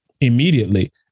immediately